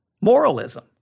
Moralism